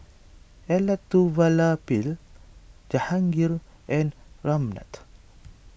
Elattuvalapil Jahangir and Ramnath